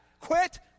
quit